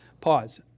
Pause